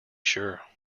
sure